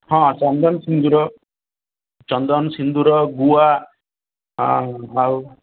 ହଁ ଚନ୍ଦନ ସିନ୍ଦୂର ଚନ୍ଦନ ସିନ୍ଦୂର ଗୁଆ ଆଉ ଆଉ